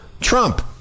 Trump